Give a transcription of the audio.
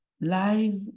live